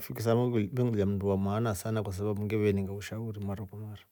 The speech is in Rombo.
Kwa sabau ve venglolya mdu wa maana sana kwa sabau ngevaninga usahuri mara kwa mara.